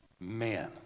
Man